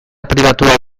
pribatua